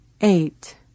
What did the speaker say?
eight